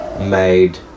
made